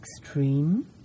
extreme